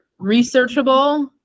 researchable